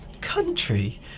country